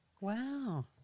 Wow